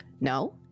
no